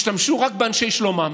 השתמשו רק באנשי שלומם,